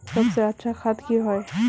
सबसे अच्छा खाद की होय?